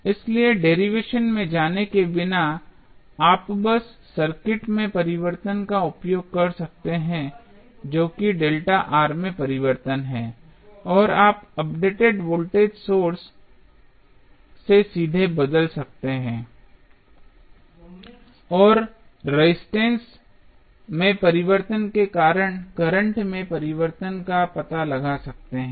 इसलिए डेरिवेशन में जाने के बिना आप बस सर्किट में परिवर्तन का उपयोग कर सकते हैं जो कि ΔR में परिवर्तन है और आप अपडेटेड वोल्टेज सोर्स से सीधे बदल सकते हैं और रेजिस्टेंस में परिवर्तन के कारण करंट में परिवर्तन का पता लगा सकते हैं